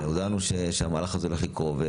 הודענו שהמהלך הזה לקרות,